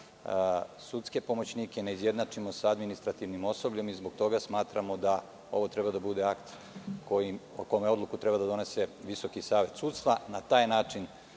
sudske pomoćnike ne izjednačimo sa administrativnim osobljem i zbog toga smatramo da ovo treba da bude akt o kome odluku treba da donese Visoki savet sudstva i na taj način